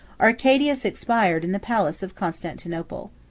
arcadius expired in the palace of constantinople.